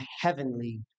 heavenly